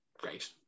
great